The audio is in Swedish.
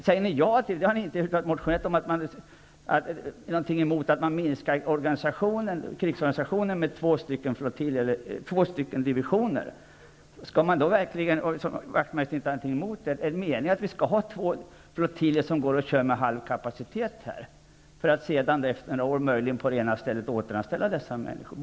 Säger ni ja till eller är ni emot att man minskar krigsorganisationen med två stycken flottiljer eller två divisioner? Detta har ni inte motionerat om. Är det, eftersom Wachtmeister inte har något emot det, meningen att vi skall ha två flottiljer som går att köra med halv kapacitet, för att sedan, efter några år, möjligen på det ena stället återanställa dessa människor?